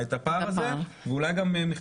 בבדיקה שעשיתי,